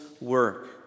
work